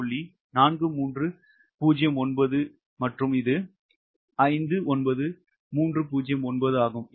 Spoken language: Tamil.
4309 மற்றும் இது 59309 ஆகும்